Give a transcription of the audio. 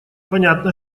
понятно